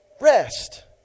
rest